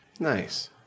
Nice